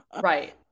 Right